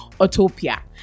Utopia